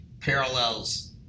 parallels